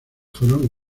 fueron